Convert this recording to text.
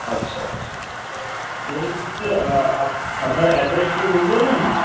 আচ্ছা আচ্ছা ঠিক আছে আর আপনার অ্যাড্রেসটা একটু বলতে পারবেন কি